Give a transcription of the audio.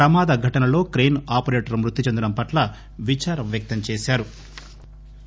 ప్రమాద ఘటనలో క్రేస్ ఆపరేటర్ మ్నతి చెందడంపట్ల విచారం వ్యక్తంచేశారు